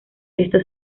esto